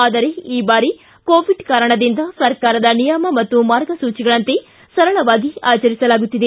ಆದರೆ ಈ ಬಾರಿ ಕೋವಿಡ್ ಕಾರಣದಿಂದ ಸರಕಾರದ ನಿಯಮ ಮತ್ತು ಮಾರ್ಗಸೂಚಿಯಂತೆ ಸರಳವಾಗಿ ಆಚರಿಸಲಾಗುತ್ತಿದೆ